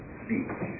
speech